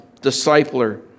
discipler